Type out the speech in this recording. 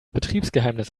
betriebsgeheimnis